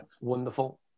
Wonderful